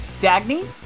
Dagny